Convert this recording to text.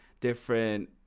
different